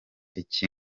iki